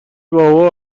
بابا